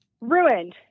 Ruined